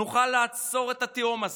נוכל לעצור את התהום הזו,